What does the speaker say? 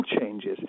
changes